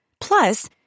Plus